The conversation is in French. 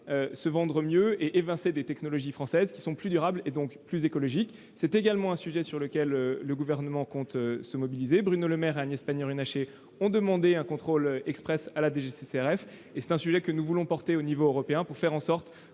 se vendent mieux et évincent des technologies françaises plus durables et plus écologiques. C'est également un sujet sur lequel le Gouvernement souhaite se mobiliser. Bruno Le Maire et Agnès Pannier-Runacher ont demandé un contrôle express à la DGCCRF. Nous voulons porter ce débat au niveau européen pour faire respecter